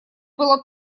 было